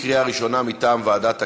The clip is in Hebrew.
מטעם ועדת הכנסת,